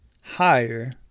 higher